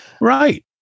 Right